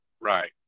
Right